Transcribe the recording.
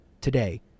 today